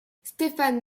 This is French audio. stéphane